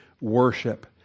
worship